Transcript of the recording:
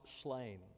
slain